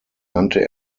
nannte